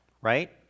right